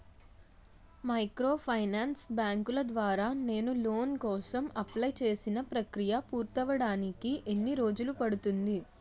Microfinance బ్యాంకుల ద్వారా నేను లోన్ కోసం అప్లయ్ చేసిన ప్రక్రియ పూర్తవడానికి ఎన్ని రోజులు పడుతుంది?